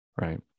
right